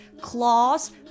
claws